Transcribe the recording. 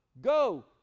go